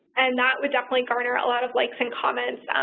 and that would definitely garner a lot of likes and comments.